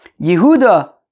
Yehuda